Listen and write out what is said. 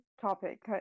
topic